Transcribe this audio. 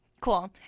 Cool